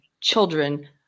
children